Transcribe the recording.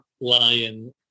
lion